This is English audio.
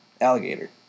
alligator